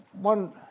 one